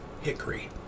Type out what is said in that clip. hickory